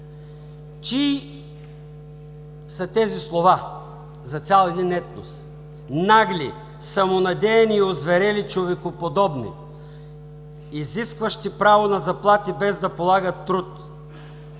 чии са тези слова за цял един етнос: „Нагли, самонадеяни и озверели човекоподобни, изискващи право на заплати, без да полагат труд,